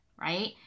right